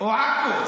או "עכו".